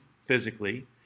physically